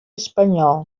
espanyol